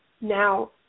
Now